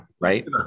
right